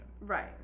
right